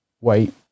wait